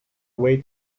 way